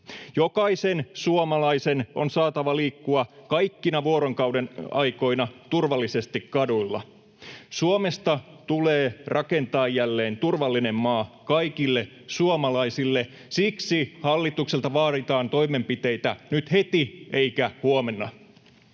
Jokaisen suomalaisen on saatava liikkua kaikkina vuorokaudenaikoina turvallisesti kaduilla. Suomesta tulee rakentaa jälleen turvallinen maa kaikille suomalaisille. Siksi hallitukselta vaaditaan toimenpiteitä nyt heti eikä huomenna.